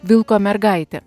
vilko mergaitė